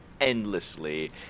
endlessly